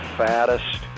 fattest